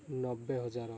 ନବେ ହଜାର